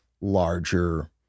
larger